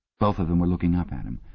both of them were looking up at him.